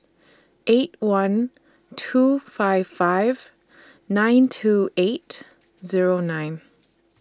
eight one two five five nine two eight Zero nine